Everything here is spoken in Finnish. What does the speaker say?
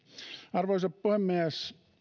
arvoisa puhemies